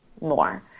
more